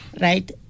right